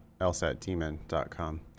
lsatdemon.com